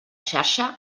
xarxa